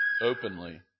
openly